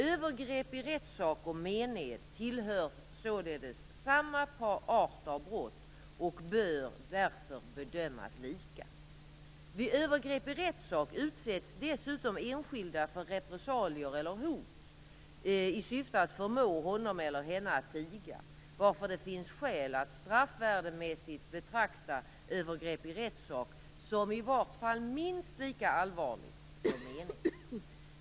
Övergrepp i rättssak och mened tillhör således samma art av brott och bör därför bedömas lika i ljuset av den utveckling som har föranlett regeringens förslag. Vid övergrepp i rättssak utsätts dessutom enskilda för repressalier eller hot i syfte att förmå honom eller henne att tiga, varför det finns skäl att straffvärdemässigt betrakta övergrepp i rättssak som i vart fall minst lika allvarligt som mened.